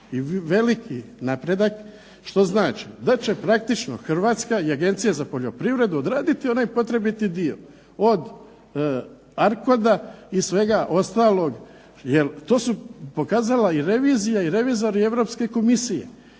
veliki napredak, što znači da će praktično Hrvatska i Agencija za poljoprivredu odraditi onaj potrebiti dio, od arkoda i svega ostalog jer to su pokazala i revizija i revizori Europske Komisije,